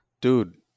Dude